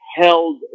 held